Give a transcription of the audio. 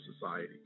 society